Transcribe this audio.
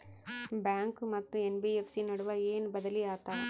Bank ಮತ್ತ NBFC ನಡುವ ಏನ ಬದಲಿ ಆತವ?